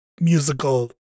musical